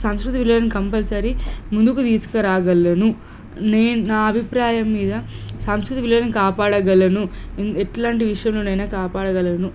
సాంస్కృతిక విలువలను కంపల్సరీ ముందుకు తీసుకురాగలను నేను నా అభిప్రాయం మీద సంస్కృతి విలువలను కాపాడగలను ఎట్లాంటి విషయంలోనైనా కాపాడగలను